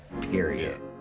period